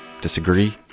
Disagree